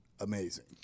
amazing